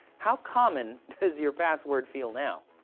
how common does your password feel now?